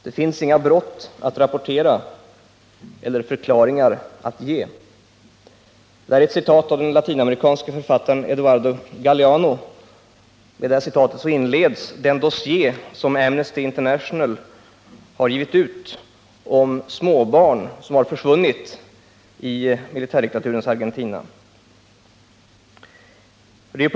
Det finns inget brott att rapportera eller förklaringar att ge.” — De här raderna har skrivits av den latinamerikanske författaren Eduardo Galeano, och med dem inleds den dossié som Amnesty International har gett ut om småbarn som har försvunnit i militärdiktaturens Argentina.